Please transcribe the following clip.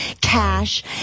cash